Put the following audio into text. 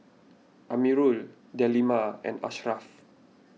Amirul Delima and Ashraff